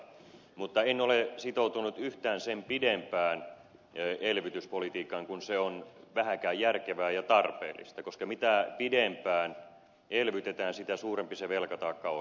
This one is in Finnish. mutta en ole sitoutunut yhtään sen pidempään elvytyspolitiikkaan kuin se on vähänkään järkevää ja tarpeellista koska mitä pidempään elvytetään sitä suurempi se velkataakka on